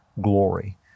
glory